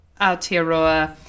Aotearoa